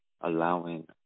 allowing